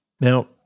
Now